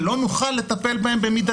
ולא נוכל לטפל בהן במידתיות.